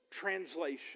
translation